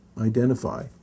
identify